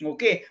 Okay